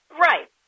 Right